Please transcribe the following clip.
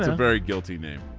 very guilty name.